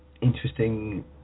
interesting